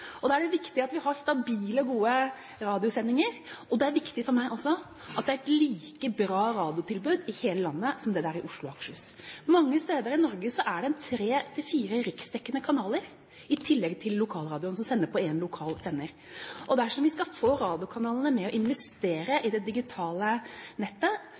er det viktig at vi har stabile og gode radiosendinger. Det er også viktig for meg at det er like bra radiotilbud i hele landet som i Oslo og Akershus. Mange steder i Norge er det tre til fire riksdekkende kanaler, i tillegg til lokalradioen som sender på én lokal sender. Dersom vi skal få radiokanalene med på å investere i det digitale nettet,